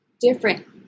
different